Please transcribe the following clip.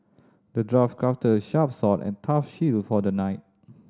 the dwarf crafted a sharp sword and tough shield for the knight